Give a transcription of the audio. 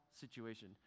situation